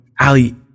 Ali